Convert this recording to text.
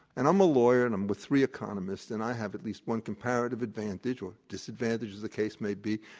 and i'm a lawyer, and i'm with three economists, and i have at least one comparative advantage or disadvantage as the case may be,